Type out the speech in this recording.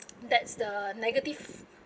that's the negative